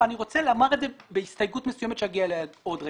אני רוצה לומר את זה בהסתייגות מסוימת שאגיע אליה עוד רגע.